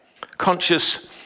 conscious